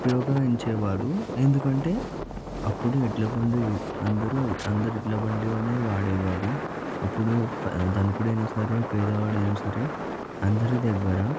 ఉపయోగించేవారు ఎందుకంటే అప్పుడు ఎడ్లబండి అందరూ అందరూ ఎడ్లబళ్ళనే వాడేవారు అప్పుడే ధనికుడైన సరే పేదవాడైనా సరే అందరి దగ్గర